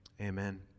Amen